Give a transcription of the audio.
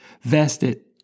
vested